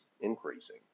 increasing